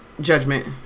judgment